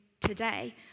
today